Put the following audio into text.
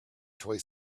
toy